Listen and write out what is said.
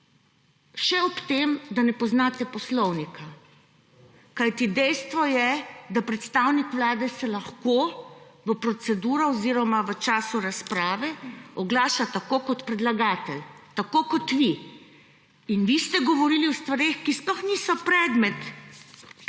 Še ob tem, da ne poznate poslovnika. Kajti dejstvo je,k da predstavnik vlade se lahko v proceduro oziroma v času razprave oglaša tako kot predlagatelj, tako kot vi. In vi ste govorili o stvareh, ki sploh niso predmet